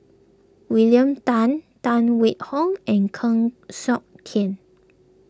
William Tan Tan Wait Hong and Heng Siok Tian